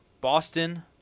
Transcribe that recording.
Boston